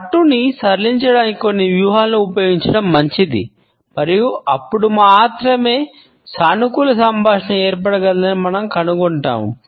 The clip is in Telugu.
పట్టును సడలించడానికి కొన్ని వ్యూహాలను ఉపయోగించడం మంచిది మరియు అప్పుడు మాత్రమే సానుకూల సంభాషణ ఏర్పడగలదని మనం కనుగొంటాము